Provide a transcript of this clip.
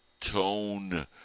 tone